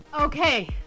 Okay